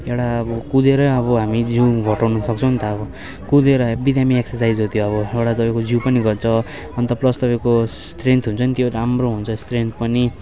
एउटा अब कुदेर अब हामी जिउ घटाउनु सक्छौँ नि त अब कुदेर हेभी दामी एक्सर्साइज हो त्यो अब एउटा तपाईँको जिउ पनि घट्छ अन्त प्लस तपाईँको स्त्रेन्थ हुन्छ नि त्यो राम्रो हुन्छ स्त्रेन्थ पनि